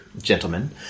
gentlemen